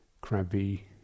crabby